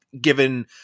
given